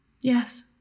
Yes